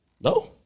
No